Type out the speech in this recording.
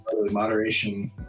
Moderation